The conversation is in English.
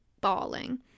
bawling